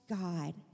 God